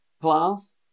class